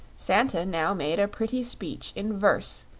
santa now made a pretty speech in verse,